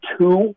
two